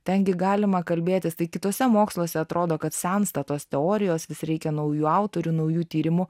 ten gi galima kalbėtis tai kituose moksluose atrodo kad sensta tos teorijos vis reikia naujų autorių naujų tyrimų